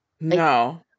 No